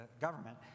government